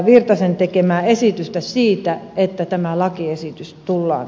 virtasen tekemää esitystä siitä että tämä lakiesitys tulla